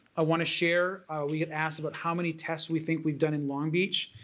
i want to share we get asked about how many tests we think we've done in long beach,